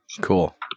Cool